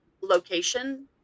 Location